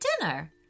dinner